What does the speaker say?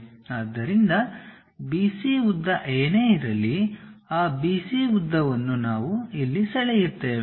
ಆದ್ದರಿಂದ BC ಉದ್ದ ಏನೇ ಇರಲಿ ಆ BC ಉದ್ದವನ್ನು ನಾವು ಇಲ್ಲಿ ಸೆಳೆಯುತ್ತೇವೆ